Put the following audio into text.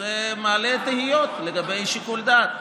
אז זה מעלה תהיות לגבי שיקול הדעת.